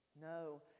No